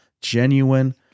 genuine